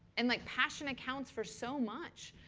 and like passion accounts for so much.